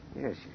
Yes